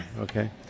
okay